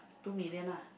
two million ah